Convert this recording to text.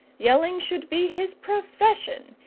yelling should be his profession,